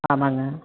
ஆமாங்க